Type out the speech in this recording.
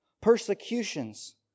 persecutions